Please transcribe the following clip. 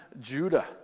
Judah